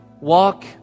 walk